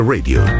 Radio